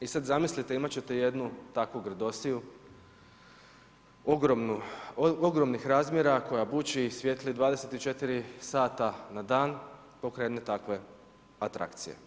I sada zamislite, imat ćete jednu takvu grdosiju ogromnih razmjera koja buči i svijetli 24 sata na dan pokraj jedne takve atrakcije.